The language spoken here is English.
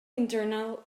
internal